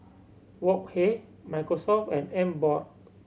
Wok Hey Microsoft and Emborg